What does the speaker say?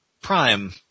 Prime